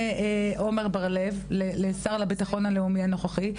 עמר בר לב לשר לביטחון הלאומי הנוכחי,